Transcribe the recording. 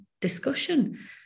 discussion